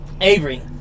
Avery